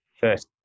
first